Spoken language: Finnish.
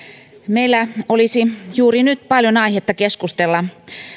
meillä olisi juuri nyt paljon aihetta keskustella